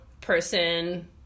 person